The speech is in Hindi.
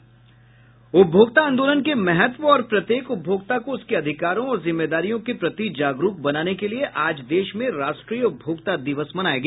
उपभोक्ता आंदोलन के महत्व और प्रत्येक उपभोक्ता को उसके अधिकारों और जिम्मेदारियों के प्रति जागरूक बनाने के लिए आज देश में राष्ट्रीय उपभोक्ता दिवस मनाया गया